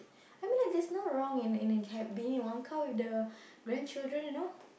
I mean like there is no wrong in in it can being one count with the grandchildren you know